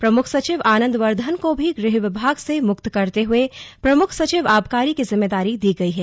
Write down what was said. प्रमुख सचिव आनंद वर्धन को भी गृह विभाग से मुक्त करते हुए प्रमुख सचिव आबकारी की जिम्मेदारी दी गई है